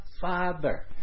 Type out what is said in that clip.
father